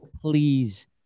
Please